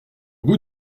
bout